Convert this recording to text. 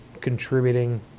contributing